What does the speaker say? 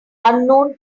unknown